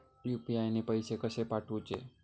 UPI ने पैशे कशे पाठवूचे?